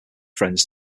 friends